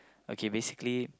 okay basically